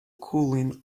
cooling